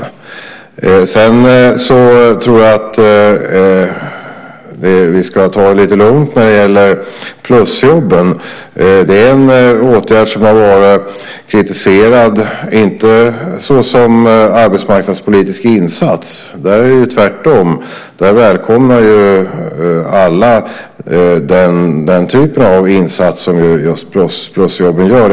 Vi ska ta det lite lugnt när det gäller plusjobben. Det har varit en kritiserad åtgärd, men inte som arbetsmarknadspolitisk insats. Där är det tvärtom. Där välkomnar alla den typen av insats som just plusjobben innebär.